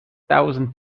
thousand